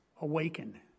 awaken